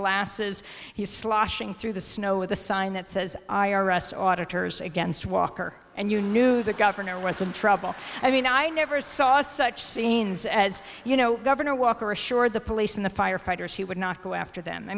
glasses he's sloshing through the snow with a sign that says i r s auditor's against walker and you knew the governor was in trouble i mean i never saw such scenes as you know governor walker assured the police and the fire fighters he would not go after them i